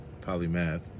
polymath